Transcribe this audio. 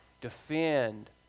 defend